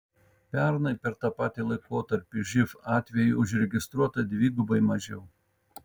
pernai per tą patį laikotarpį živ atvejų užregistruota dvigubai mažiau